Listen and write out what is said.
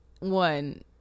One